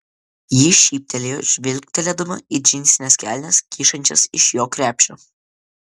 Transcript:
ji šyptelėjo žvilgtelėdama į džinsines kelnes kyšančias iš jo krepšio